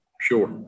sure